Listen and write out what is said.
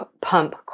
pump